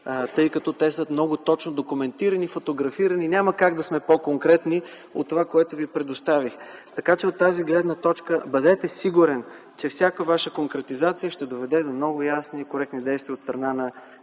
тъй като те са много точно документирани, фотографирани. Няма как да сме по-конкретни от това, което Ви предоставих. От тази гледна точка бъдете сигурен, че всяка Ваша конкретизация ще доведе до много ясни и коректни действия от страна на